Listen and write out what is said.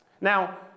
Now